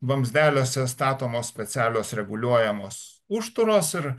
vamzdeliuose statomos specialios reguliuojamos užturos ir